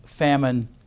famine